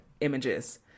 images